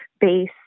base